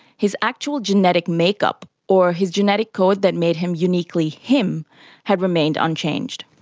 his actual genetic make-up or his genetic code that made him uniquely him had remained unchanged.